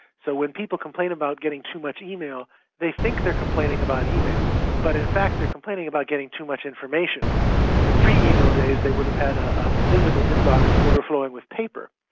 so when people complain about getting too much email they think they are complaining about email but in fact they are complaining about getting too much information. in the pre-email days they would have had a physical inbox overflowing with paper,